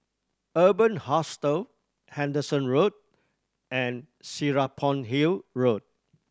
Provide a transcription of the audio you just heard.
Urban Hostel Henderson Road and Serapong Hill Road